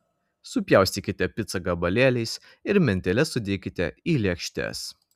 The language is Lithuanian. supjaustykite picą gabalėliais ir mentele sudėkite į lėkštes